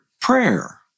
prayer